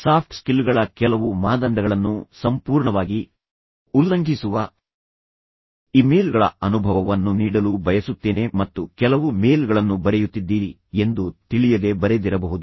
soft ಸ್ಕಿಲ್ಗಳ ಕೆಲವು ಮಾನದಂಡಗಳನ್ನು ಸಂಪೂರ್ಣವಾಗಿ ಉಲ್ಲಂಘಿಸುವ ಇಮೇಲ್ಗಳ ಅನುಭವವನ್ನು ನೀಡಲು ಬಯಸುತ್ತೇನೆ ಮತ್ತು ಕೆಲವು ಮೇಲ್ಗಳನ್ನು ಬರೆಯುತ್ತಿದ್ದೀರಿ ಎಂದು ತಿಳಿಯದೆ ಬರೆದಿರಬಹುದು